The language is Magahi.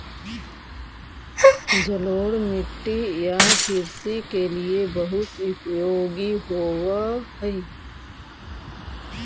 जलोढ़ मिट्टी या कृषि के लिए बहुत उपयोगी होवअ हई